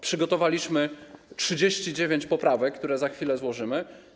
Przygotowaliśmy 39 poprawek, które za chwilę złożymy.